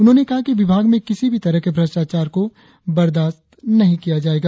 उन्होंने कहा कि विभाग में किसी भी तरह के भ्रष्टाचार बर्दास्त नही किया जायेगा